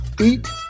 Eat